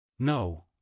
No